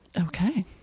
okay